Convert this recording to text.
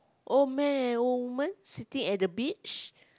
old man and old woman sitting at the beach